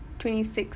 twenty six